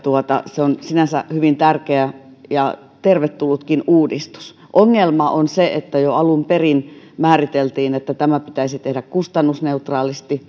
se on sinänsä hyvin tärkeä ja tervetullutkin uudistus ongelma on se että jo alun perin määriteltiin että tämä pitäisi tehdä kustannusneutraalisti